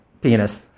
penis